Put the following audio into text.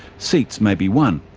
seats may be won.